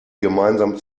gemeinsam